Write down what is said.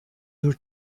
your